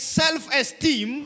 self-esteem